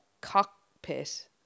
cockpit